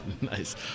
Nice